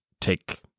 take